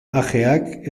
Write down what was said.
ajeak